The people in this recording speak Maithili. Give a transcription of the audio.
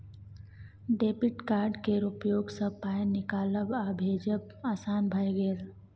डेबिट कार्ड केर उपयोगसँ पाय निकालब आ भेजब आसान भए गेल